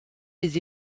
les